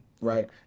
right